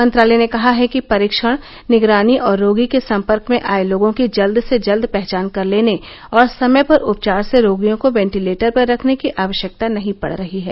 मंत्रालय ने कहा है कि परीक्षण निगरानी और रोगी के संपर्क में आए लोगों की जल्द से जल्द पहचान कर लेने और समय पर उपचार से रोगियों को वेंटिलेटर पर रखने की आवश्यकता नहीं पड़ रही है